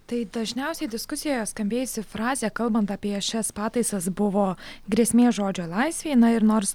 tai dažniausiai diskusijoje skambėjusi frazė kalbant apie šias pataisas buvo grėsmė žodžio laisvei na ir nors